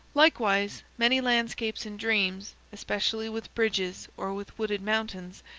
likewise many landscapes in dreams, especially with bridges or with wooded mountains,